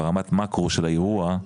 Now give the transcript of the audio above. ברמת מקרו של האירוע,